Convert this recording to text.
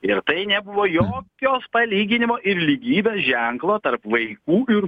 ir tai nebuvo jokio palyginimo ir lygybės ženklo tarp vaikų ir